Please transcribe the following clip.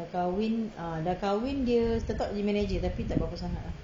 dah kahwin ah dah kahwin dia tetap jadi manager tapi tak berapa sangat ah